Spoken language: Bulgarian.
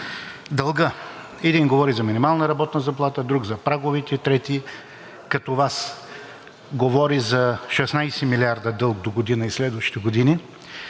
дълга. Един говори за минимална работна заплата, друг за праговете, трети, като Вас – говори за 16 милиарда дълг догодина и следващите години.